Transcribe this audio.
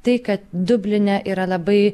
tai kad dubline yra labai